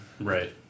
right